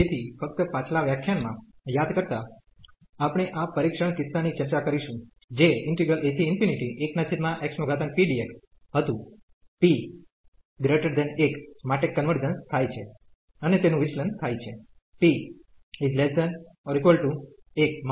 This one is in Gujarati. તેથી ફક્ત પાછલા વ્યાખ્યાનમાં યાદ કરતા આપણે આ પરીક્ષણ કિસ્સાની ચર્ચા કરીશું જે હતું P 1 માટે કન્વર્જન્સ થાય છે તેનું વિચલન થાય છે p≤1 માટે